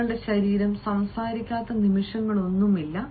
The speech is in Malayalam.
നിങ്ങളുടെ ശരീരം സംസാരിക്കാത്ത നിമിഷങ്ങളൊന്നുമില്ല